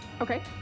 Okay